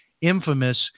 infamous